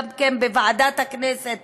בוועדת הכנסת,